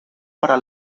para